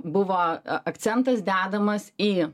buvo akcentas dedamas į